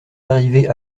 arrivé